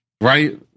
right